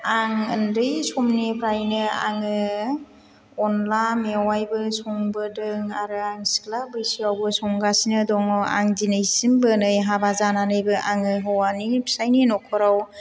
आं उन्दै समनिफ्रायनो आङो अनला मेवायबो संबोदों आरो आं सिख्ला बैसोआवबो संगासिनो दङ आं दिनैसिमबो नै हाबा जानानैबो आङो हौवानि फिसायनि न'खराव